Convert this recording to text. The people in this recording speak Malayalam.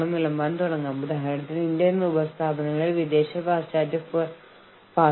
നിങ്ങൾ നിങ്ങളുടെ സാധ്യമായ ഓപ്ഷനുകളുടെ ശ്രേണി വർദ്ധിപ്പിക്കാൻ ശ്രമിക്കുക